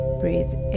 breathe